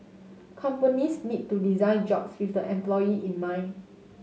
companies need to design jobs with the employee in mind